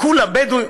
בדואים.